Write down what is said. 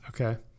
Okay